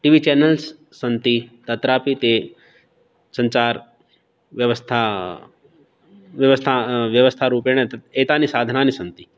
T V channels सन्ति तत्रापि ते सञ्चारव्यवस्था व्यवस्था व्यवस्थारूपेण एतानि साधनानि सन्ति